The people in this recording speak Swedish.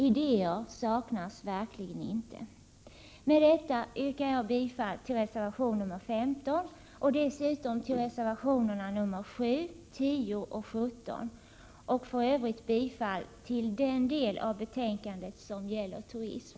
Idéer saknas verkligen inte. Med detta yrkar jag bifall till reservation nr 15 och dessutom till reservationerna nr 7, 10 och 17 samt för övrigt bifall till den del av betänkandet som gäller turism.